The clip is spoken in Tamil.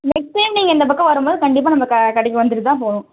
நெக்ஸ்ட் டைம் நீங்கள் இந்த பக்கம் வரும்போது கண்டிப்பாக நம்ம க கடைக்கு வந்துட்டு தான் போகணும்